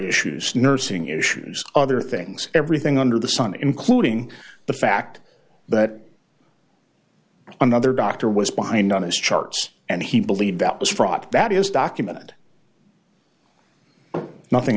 issues nursing issues other things everything under the sun including the fact that another doctor was behind on his charts and he believed that was fraud that is documented nothing